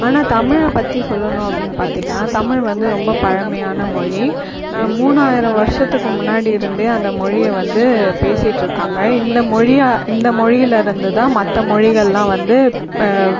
ஆனால் தமிழை பற்றி சொல்லணும் அப்படின்னு பார்த்தீங்கன்னா தமிழ் வந்து ரொம்ப பழமையான மொழி மூணாயிரம் வருஷத்துக்கு முன்னாடி இருந்தே அந்த மொழியை வந்து பேசிட்டுருக்காங்கள் இந்த மொழியை இந்த மொழியிலேருந்து தான் மற்ற மொழிகள்லாம் வந்து